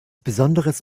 besonderes